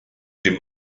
dem